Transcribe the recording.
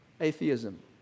Atheism